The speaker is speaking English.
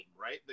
right